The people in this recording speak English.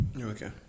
Okay